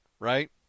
right